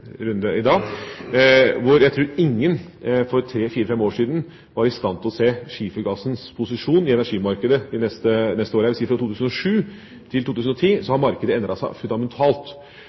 runde i dag. Jeg tror ingen for tre–fem år siden var i stand til å se skifergassens posisjon i energimarkedet de neste årene. Jeg vil si at fra 2007 til 2010 har markedet endret seg fundamentalt.